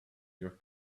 your